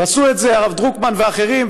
ועשו את זה הרב דרוקמן ואחרים,